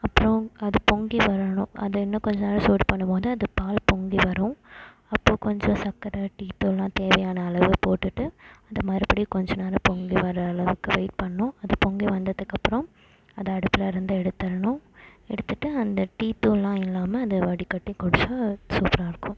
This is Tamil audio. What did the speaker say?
அப்பறம் அது பொங்கி வரணும் அது இன்னும் கொஞ்சம் நேரம் சூடு பண்ணும் போது அது பால் பொங்கி வரும் அப்போ கொஞ்சம் சக்கரை டீத்தூள்லாம் தேவையான அளவு போட்டுட்டு அது மறுப்படி கொஞ்சம் நேரம் பொங்கி வர அளவுக்கு வெயிட் பண்ணும் அது பொங்கி வந்ததுக்கப்பறோம் அது அடுப்புலருந்து எடுத்துரணும் எடுத்துட்டு அந்த டீத்தூள்லாம் இல்லாமல் அதை வடிகட்டி குடிச்சால் சூப்பராயிருக்கும்